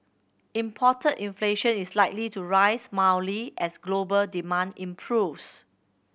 imported inflation is likely to rise mildly as global demand improves